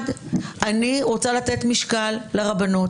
אני רוצה לתת משקל לרבנות.